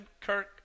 Kirk